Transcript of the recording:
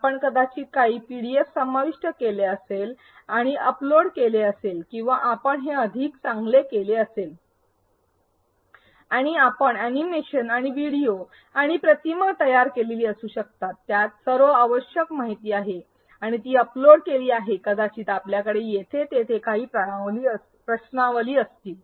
आपण कदाचित काही पीडीएफ समाविष्ट केले असेल आणि अपलोड केले असेल किंवा आपण ते अधिक चांगले केले असावे आणि आपण अॅनिमेशन आणि व्हिडिओ आणि प्रतिमा तयार केलेली असू शकतात ज्यात सर्व आवश्यक माहिती आहे आणि ती अपलोड केली आहे कदाचित आपल्याकडे येथे तेथे काही प्रश्नावली असतील